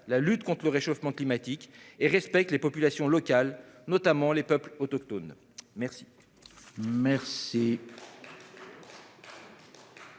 la lutte contre le réchauffement climatique et respecte les populations locales, notamment les peuples autochtones. La